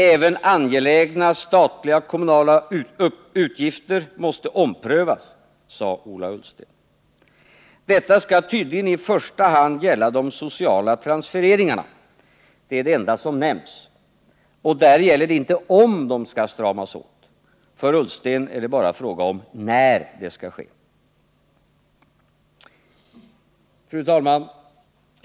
Även angelägna statliga och kommunala utgifter måste omprövas, sade Ola Ullsten. Detta skall tydligen i första hand gälla de sociala transfereringarna. Det är det enda som nämns, och här gäller det inte om de skall stramas åt. För Ola Ullsten är det bara fråga om när det skall ske. Fru talman!